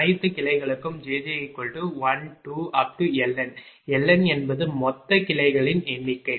அனைத்து கிளைகளுக்கும் jj12LN LN என்பது மொத்த கிளைகளின் எண்ணிக்கை